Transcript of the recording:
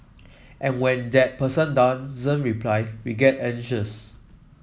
and when that person doesn't reply we get anxious